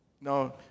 No